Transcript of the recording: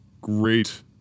Great